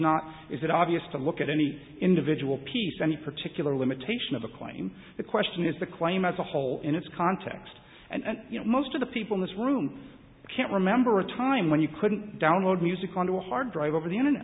not is that obvious to look at any individual piece any particular limitation of a claim the question is the claim as a whole in its context and most of the people in this room can't remember a time when you couldn't download music onto a hard drive over the internet